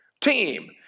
Team